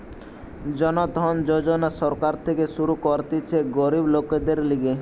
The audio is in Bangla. জন ধন যোজনা সরকার থেকে শুরু করতিছে গরিব লোকদের লিগে